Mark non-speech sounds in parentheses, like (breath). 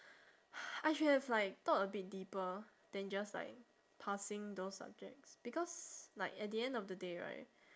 (breath) I should have like thought a bit deeper than just like passing those subjects because like at the end of the day right